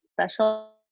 special